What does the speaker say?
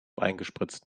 eingespritzt